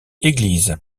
église